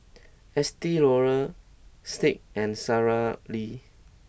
Estee Lauder Schick and Sara Lee